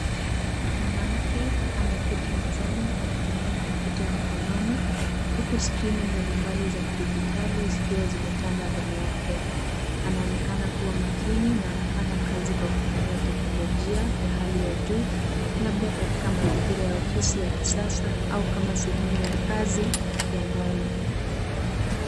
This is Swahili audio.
Mwanamke ameketi mezani akitumia komputa ya mkononi, huku skrini mbali mbali za kijidigitali zikiwa zimetanda mbele yake anaonekana kuwa makini na anafanya kazi kwa kutumia teknologia ya hali ya juu, labda kama sehemu ya kazi ya